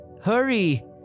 Hurry